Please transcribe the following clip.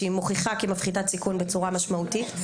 שהיא מוכיחה כי היא מפחיתת סיכון בצורה משמעותית,